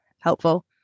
helpful